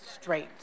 straight